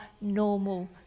normal